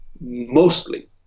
mostly